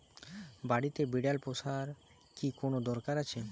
বাড়িতে বিড়াল পোষার কি কোন দরকার আছে?